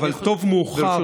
אבל טוב מאוחר,